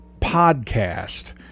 Podcast